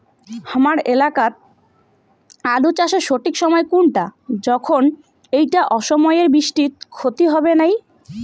হামার এলাকাত আলু চাষের সঠিক সময় কুনটা যখন এইটা অসময়ের বৃষ্টিত ক্ষতি হবে নাই?